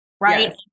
right